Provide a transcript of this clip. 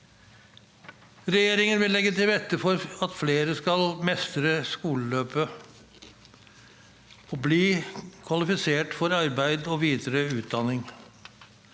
Regjeringen vil legge til rette for at flere skal mestre skoleløpet og bli kvalifisert for arbeid og videre utdanning.